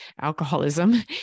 alcoholism